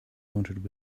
wanted